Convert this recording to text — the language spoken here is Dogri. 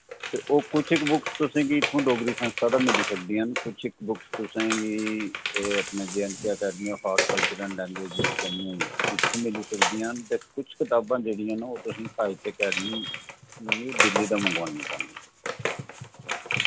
ते ओह् कुछ इक बुक्स तुसेंगी इत्थोआं डोगरी संस्था दा मिली सकदियां न कुछ इक बुक्स तुसें गी एह् अपने J and K academy of art culture and languages Jammu इत्थोआं मिली सकदियां न ते कुछ कताबां जेह्ड़ियां न ओह् तुसें साहित्य अकैडेमी न्यू दिल्ली दा मंगवानियां पोनियां